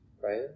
right